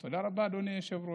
תודה רבה, אדוני היושב-ראש.